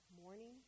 morning